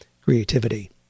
creativity